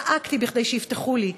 צעקתי שיפתחו לי.